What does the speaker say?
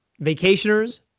vacationers